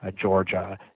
Georgia